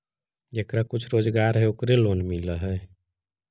जेकरा कुछ रोजगार है ओकरे लोन मिल है?